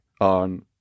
on